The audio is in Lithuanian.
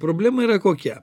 problema yra kokia